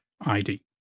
ID